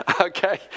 Okay